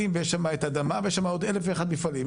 ויש שם את אדמה ויש שם עוד אלף ואחד מפעלים.